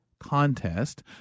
contest